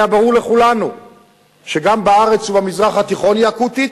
היה ברור לכולנו שבארץ ובמזרח התיכון היא אקוטית,